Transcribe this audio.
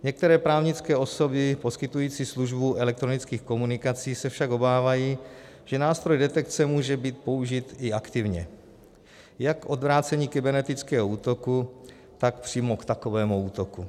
Některé právnické osoby poskytující službu elektronických komunikací se však obávají, že nástroj detekce může být použit i aktivně, jak k odvrácení kybernetického útoku, tak přímo k takovému útoku.